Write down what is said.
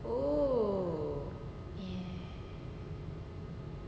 ya